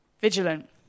vigilant